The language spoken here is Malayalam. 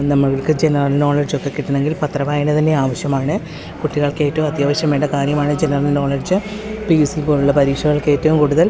നമ്മൾക്ക് ജനറൽ നോളേജ് ഒക്കെ കിട്ടണമെങ്കിൽ പത്രം വായനതന്നെ അത്യവശ്യമാണ് കുട്ടികൾക്ക് ഏറ്റവും അത്യാവശ്യം വേണ്ട കാര്യമാണ് general knowledge P S C പോലുള്ള പരീക്ഷകൾക്ക് ഏറ്റവും കൂടുതൽ